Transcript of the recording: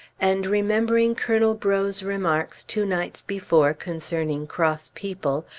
and remembering colonel breaux's remarks two nights before concerning cross people,